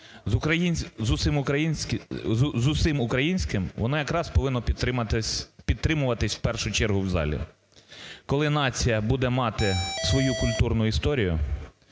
з усім українським, воно якраз повинно підтримуватися, в першу чергу, в залі. Коли нація буде мати свою культурну історію,